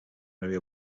area